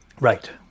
Right